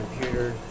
computer